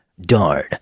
darn